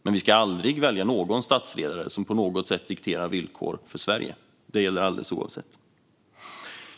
Men vi ska aldrig välja någon statsledare som på något sätt dikterar villkor för Sverige. Det gäller alldeles oavsett.